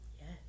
Yes